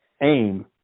aim